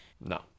No